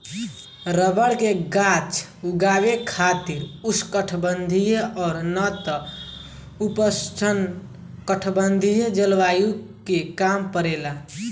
rubber के गाछ उगावे खातिर उष्णकटिबंधीय और ना त उपोष्णकटिबंधीय जलवायु के काम परेला